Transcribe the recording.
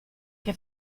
che